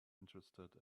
interested